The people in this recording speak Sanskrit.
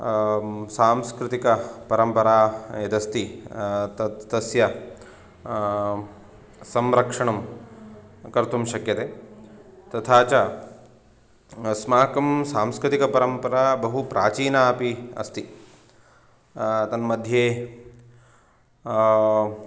सांस्कृतिकपरम्परा यदस्ति तत् तस्य संरक्षणं कर्तुं शक्यते तथा च अस्माकं सांस्कृतिकपरम्परा बहु प्राचीना अपि अस्ति तन्मध्ये